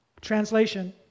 Translation